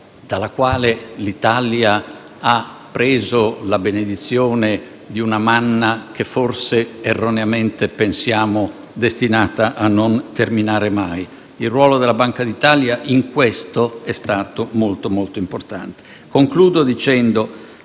dalla quale l'Italia ha preso la benedizione di una manna che forse erroneamente pensiamo destinata a non terminare mai. Il ruolo della Banca d'Italia in questo è stato molto importante. Concludo dicendo